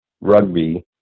rugby